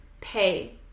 pay